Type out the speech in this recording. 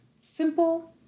Simple